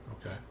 Okay